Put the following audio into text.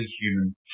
human